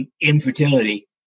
infertility